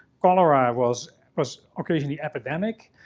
cholera was was occasionally epidemic.